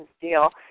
deal